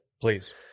Please